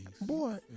Boy